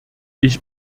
ich